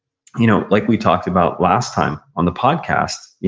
you know like we talked about last time on the podcast, yeah